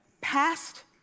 past